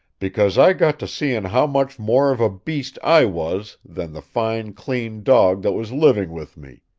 because i got to seeing how much more of a beast i was than the fine clean dog that was living with me.